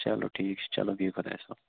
چلو ٹھیٖک چھُ چلو بِہِو خۄدایَس حوالہٕ